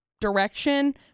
direction